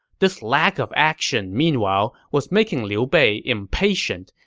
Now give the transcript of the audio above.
this lack of action, meanwhile, was making liu bei impatient,